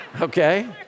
Okay